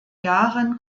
jahren